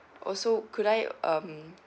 also could I um